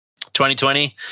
2020